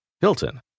Hilton